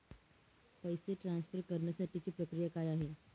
पैसे ट्रान्सफर करण्यासाठीची प्रक्रिया काय आहे?